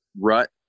rut